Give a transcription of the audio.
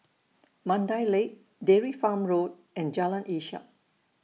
Mandai Lake Dairy Farm Road and Jalan Ishak